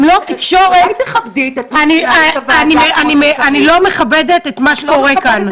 אם לא התקשורת --- אולי תכבדי --- אני לא מכבדת את מה שקורה כאן,